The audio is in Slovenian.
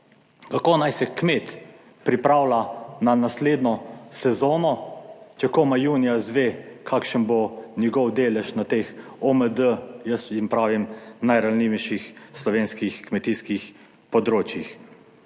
Kako naj se kmet pripravlja na naslednjo sezono, če komaj junija izve, kakšen bo njegov delež na teh OMD, jaz jim pravim najranljivejših slovenskih kmetijskih področjih.